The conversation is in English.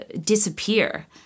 disappear